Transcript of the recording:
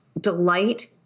delight